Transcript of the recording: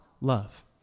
love